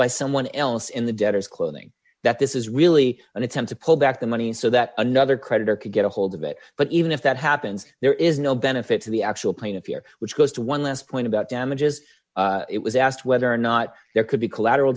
by someone else in the debtor's clothing that this is really an attempt to pull back the money so that another creditor could get a hold of it but even if that happens there is no benefit to the actual plaintiff here which goes to one last point about damages it was asked whether or not there could be collateral